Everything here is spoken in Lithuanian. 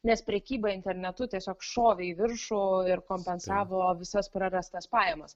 nes prekyba internetu tiesiog šovė į viršų ir kompensavo visas prarastas pajamas